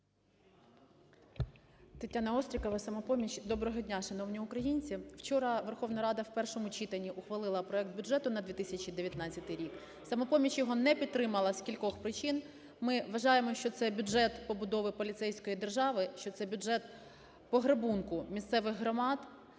ТетянаОстрікова, "Самопоміч". Доброго дня, шановні українці! Вчора Верховна Рада в першому читанні ухвалила проект бюджету на 2019 рік. "Самопоміч" його не підтримала з кількох причин. Ми вважаємо, що це бюджет побудови поліцейської держави, що це бюджет пограбунку місцевих громад,